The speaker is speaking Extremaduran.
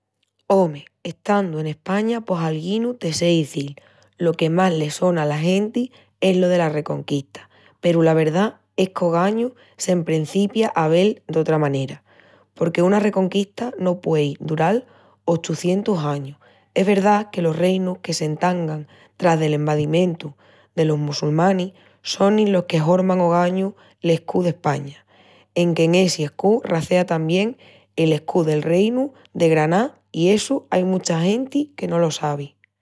Ome, estandu en España pos alguinu te sé izil. Lo que más le sona ala genti es lo dela Reconquista peru la verdá es qu'ogañu s'emprencipia a vel d'otra manera, porque una reconquista no puei dural ochucientus añus. Es verdá que los reinus que s'entangan tras del envadimientu delos mossulmanis sonin los que horman ogañu l'escú d'España. Enque en essi escú racea tamién el escú del reinu de Graná i essu ai mucha genti que no lo sabi.